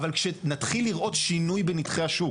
אבל כשנתחיל לראות שינוי בנתחי השוק.